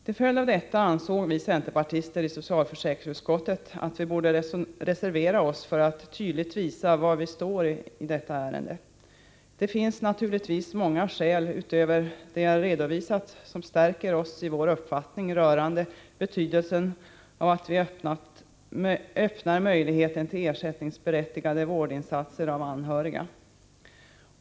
Till följd av detta ansåg vi centerpartister i socialförsäkringsutskottet att vi borde reservera oss för att tydligt visa var vi står i detta ärende. Det finns naturligtvis många skäl utöver dem jag redovisat som stärker oss i vår uppfattning rörande betydelsen av att vi öppnar möjligheten till ersättningsberättigade vårdinsatser av anhöriga.